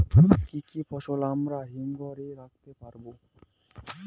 কি কি ফসল আমরা হিমঘর এ রাখতে পারব?